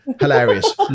Hilarious